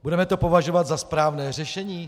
Budeme to považovat za správné řešení?